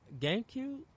GameCube